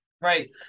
Right